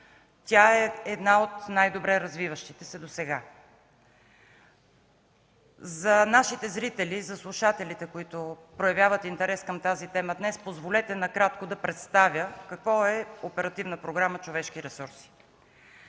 тя е една от най-добре развиващите се засега. За нашите зрители и за слушателите, които проявяват интерес към тази тема днес, позволете накратко да представя какво е Оперативна програма „Развитие на човешки ресурси”.